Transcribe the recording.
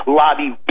lobby